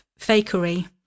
fakery